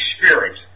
Spirit